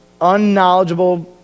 unknowledgeable